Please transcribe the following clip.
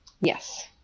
Yes